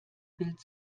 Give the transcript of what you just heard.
bild